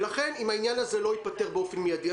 לכן אם העניין הזה לא ייפתר באופן מידי,